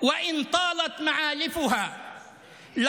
שגם אם יגדל מזונם, ")